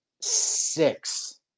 six